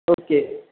okay